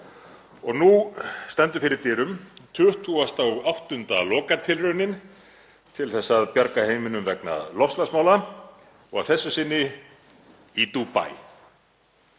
Nú stendur fyrir dyrum 28. lokatilraunin til að bjarga heiminum vegna loftslagsmála og að þessu sinni í Dúbaí,